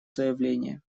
заявление